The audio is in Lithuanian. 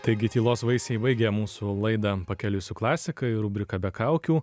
taigi tylos vaisiai baigia mūsų laidą pakeliui su klasika ir rubrika be kaukių